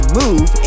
move